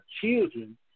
children